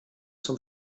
zum